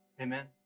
Amen